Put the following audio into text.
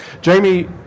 Jamie